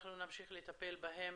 אנחנו נמשיך לטפל בהם